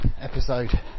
episode